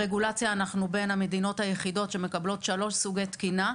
רגולציה אנחנו בין המדינות היחידות שמקבלות שלושה סוגי תקינה.